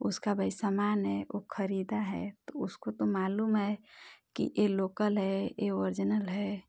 उसका भाई सामान है वो ख़रीदा है तो उसको तो मालूम है कि यह लोकल है यह ओर्जिनल है